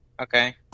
Okay